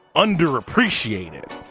underappreciated.